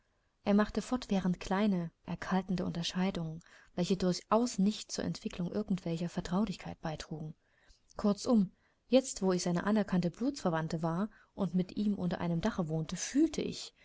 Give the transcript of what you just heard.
er machte fortwährend kleine erkaltende unterscheidungen welche durchaus nicht zur entwickelung irgend welcher vertraulichkeit beitrugen kurzum jetzt wo ich seine anerkannte blutsverwandte war und mit ihm unter einem dache wohnte fühlte ich